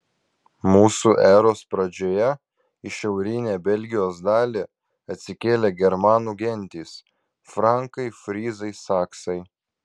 mūsų eros pradžioje į šiaurinę belgijos dalį atsikėlė germanų gentys frankai fryzai saksai